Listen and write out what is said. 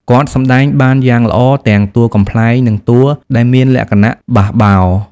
គាត់សម្ដែងបានយ៉ាងល្អទាំងតួកំប្លែងនិងតួដែលមានលក្ខណៈបះបោរ។